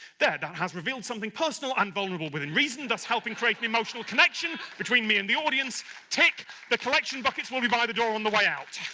that has revealed something personal and vulnerable within reason, that's helping create an emotional connection between me and the audience tick the collection buckets will be by the door on the way out?